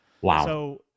Wow